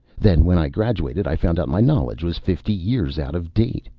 then when i graduated, i found out my knowledge was fifty years out of date.